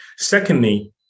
Secondly